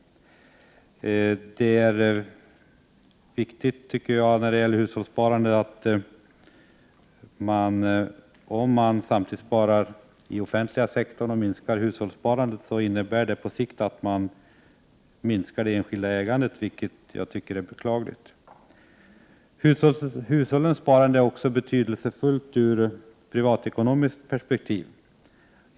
Det är väsentligt att konstatera att om man samtidigt sparar i offentliga sektorn och minskar hushållssparandet, innebär det på sikt att man minskar det enskilda ägandet, vilket jag tycker är beklagligt. Hushållssparande är betydelsefullt också ur privatekonomisk synpunkt.